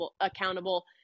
accountable